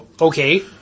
Okay